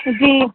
جی